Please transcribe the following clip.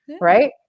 right